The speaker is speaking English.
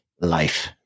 life